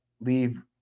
leave